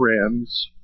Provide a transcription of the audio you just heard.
friends